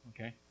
okay